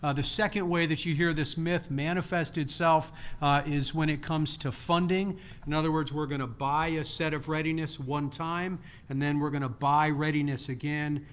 ah the second way that you hear this myth manifest itself is when it comes to funding in other words, we're going to buy a set of readiness, one time and then we're going to buy readiness again.